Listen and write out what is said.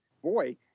Boy